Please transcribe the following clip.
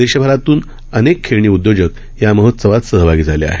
देशभरातून अनेक खेळणी उद्योजक या महोत्सवात सहभागी झाले आहेत